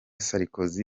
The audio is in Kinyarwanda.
sarkozy